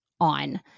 on